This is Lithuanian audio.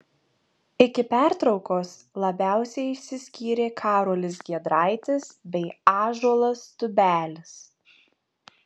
iki pertraukos labiausiai išsiskyrė karolis giedraitis bei ąžuolas tubelis